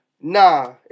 Nah